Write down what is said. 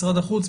משרד החוץ,